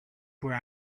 where